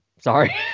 Sorry